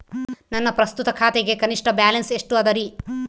ನನ್ನ ಪ್ರಸ್ತುತ ಖಾತೆಗೆ ಕನಿಷ್ಠ ಬ್ಯಾಲೆನ್ಸ್ ಎಷ್ಟು ಅದರಿ?